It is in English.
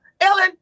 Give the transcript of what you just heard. Ellen